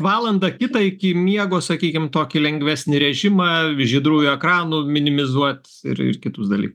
valandą kitą iki miego sakykim tokį lengvesnį rėžimą žydrųjų ekranų minimizuot ir ir kitus dalykus